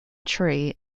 tree